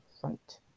front